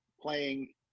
playing